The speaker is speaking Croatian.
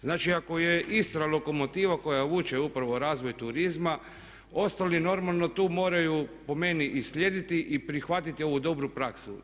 Znači, ako je Istra lokomotiva koja vuče upravo razvoj turizma ostali normalno tu moraju po meni i slijediti i prihvatiti ovu dobru praksu.